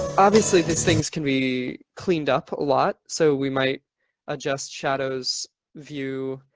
obviously these things can be cleaned up a lot. so we might adjust shadow's view